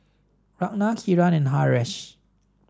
Ranga Kiran and Haresh